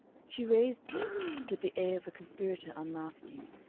she raised this with the air of a conspirator unmasking,